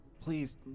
Please